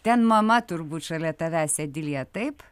ten mama turbūt šalia tavęs edilija taip